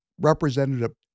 Representative